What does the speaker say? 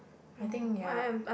I think ya